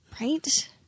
Right